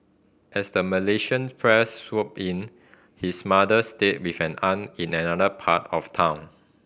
as the Malaysians press swooped in his mother stayed with an aunt in another part of town